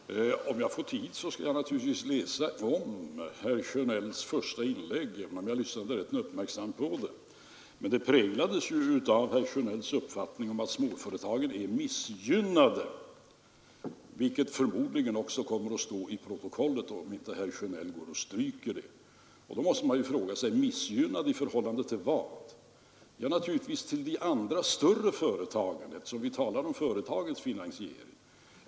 Herr talman! Om jag får tid skall jag naturligtvis läsa herr Sjönells första inlägg, även om jag lyssnade rätt uppmärksamt på det. Men det präglades ju av herr Sjönells uppfattning om att småföretagen är missgynnade, vilket förmodligen också kommer att stå i protokollet, om inte herr Sjönell går och stryker det. Då måste man fråga sig: Missgynnade i förhållande till vad? Naturligtvis till de andra, större företagen, eftersom vi talar om företagens finansiering.